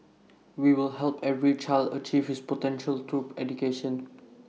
we will help every child achieve his potential through education